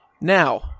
Now